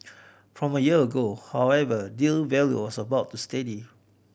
from a year ago however deal value was about steady